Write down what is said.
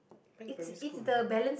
think primary school I think